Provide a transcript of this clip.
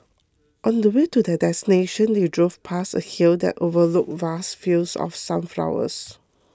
on the way to their destination they drove past a hill that overlooked vast fields of sunflowers